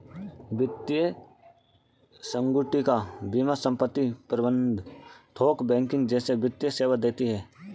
वित्तीय संगुटिका बीमा संपत्ति प्रबंध थोक बैंकिंग जैसे वित्तीय सेवा देती हैं